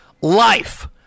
Life